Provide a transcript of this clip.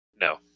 No